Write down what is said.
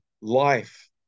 life